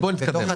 בוא נתקדם,